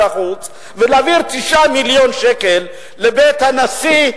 החוץ ולהעביר 9 מיליון שקל לבית הנשיא,